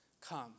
Come